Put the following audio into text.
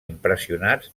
impressionats